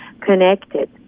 connected